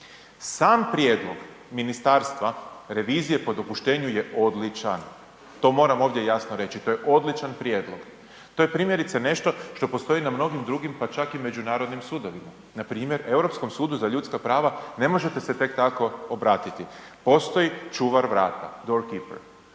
Sam prijedlog ministarstva, revizije po dopuštenju je odličan, to moram ovdje jasno reći, to je odlučan prijedlog, to je primjerice nešto što postoji na mnogim drugim pa čak i međunarodnim sudovima, na primjer Europskom sudu za ljudska prava ne možete se tek tako obratiti, postoji čuvar vrata door keeper,